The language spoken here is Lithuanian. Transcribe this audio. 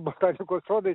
botanikos sodai